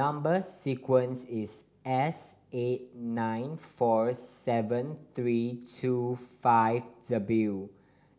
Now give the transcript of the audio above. number sequence is S eight nine four seven three two five W